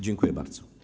Dziękuję bardzo.